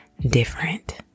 different